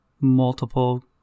multiple